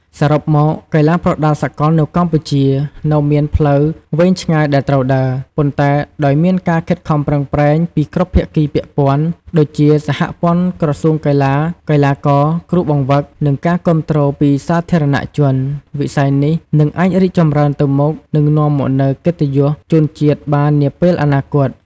សរុបមក កីឡាប្រដាល់សកលនៅកម្ពុជានៅមានផ្លូវវែងឆ្ងាយដែលត្រូវដើរ ប៉ុន្តែដោយមានការខិតខំប្រឹងប្រែងពីគ្រប់ភាគីពាក់ព័ន្ធ ដូចជា សហព័ន្ធ ក្រសួងកីឡា កីឡាករ គ្រូបង្វឹក និងការគាំទ្រពីសាធារណជន វិស័យនេះនឹងអាចរីកចម្រើនទៅមុខ និងនាំមកនូវកិត្តិយសជូនជាតិបាននាពេលអនាគត។